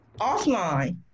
Offline